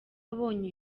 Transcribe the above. abonye